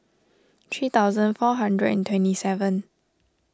three thousand four hundred and twenty seven